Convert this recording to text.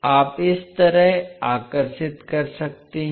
आप इस तरह आकर्षित कर सकते हैं